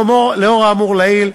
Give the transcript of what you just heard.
לאור האמור לעיל,